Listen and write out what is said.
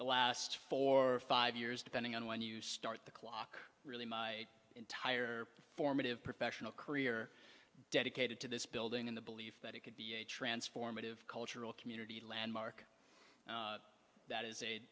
the last four or five years depending on when you start the clock really my entire formative professional career dedicated to this building in the belief that it could be a transformative cultural community landmark that is a